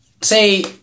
Say